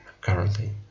currently